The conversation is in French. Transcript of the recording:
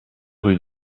rue